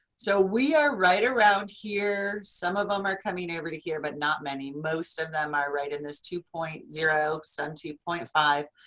so we are right around here. some of them are coming over to here but not many. most of them are right in this two point zero. two point five.